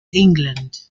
england